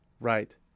Right